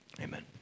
Amen